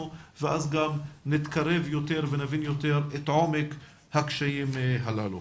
ואז גם נתקרב יותר ונבין יותר את עומק הקשיים הללו.